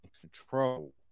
control